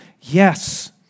yes